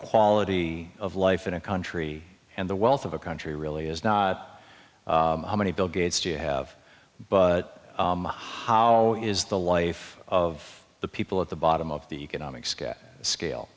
quality of life in a country and the wealth of a country really is not how many bill gates do you have but hollow is the life of the people at the bottom of the economic scale scale